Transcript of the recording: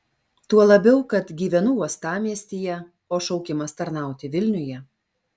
tuo labiau kad gyvenu uostamiestyje o šaukimas tarnauti vilniuje